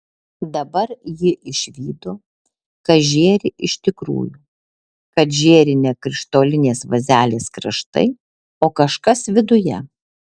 dabar ji išvydo kas žėri iš tikrųjų kad žėri ne krištolinės vazelės kraštai o kažkas viduje